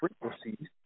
frequencies